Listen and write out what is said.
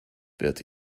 wird